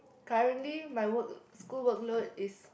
currently my work school work load is